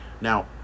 Now